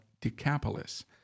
Decapolis